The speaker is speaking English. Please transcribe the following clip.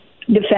Defense